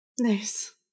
Nice